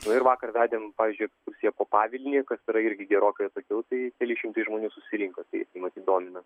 nu ir vakar vedėm pavyzdžiui ekskursiją po pavilnį kas yra irgi gerokai atokiau tai keli šimtai žmonių susirinko tai matyt domina